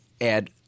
add